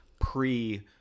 pre